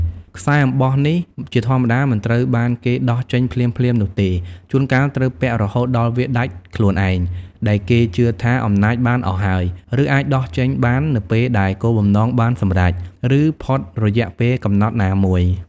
ខ្សែអំបោះនេះជាធម្មតាមិនត្រូវបានគេដោះចេញភ្លាមៗនោះទេ ជួនកាលត្រូវពាក់រហូតដល់វាដាច់ខ្លួនឯង ដែលគេជឿថាអំណាចបានអស់ហើយ ឬអាចដោះចេញបាននៅពេលដែលគោលបំណងបានសម្រេច ឬផុតរយៈពេលកំណត់ណាមួយ។